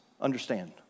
Understand